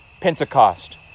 pentecost